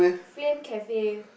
Flame Cafe